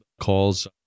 calls